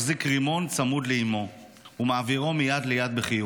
רימון צמוד לאימו ומעבירו מיד ליד בחיוך.